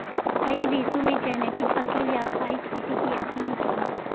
कई देशों में जेनेटिक फसलें व्यवसायिक खेती के अधीन होती हैं